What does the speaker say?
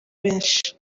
benshi